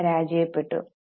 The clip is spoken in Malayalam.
ഒ പരാജയപെട്ടു